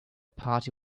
party